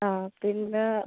ആ പിന്നെ